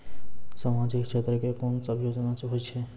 समाजिक क्षेत्र के कोन सब योजना होय छै?